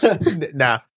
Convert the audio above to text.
Nah